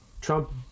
Trump